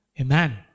Amen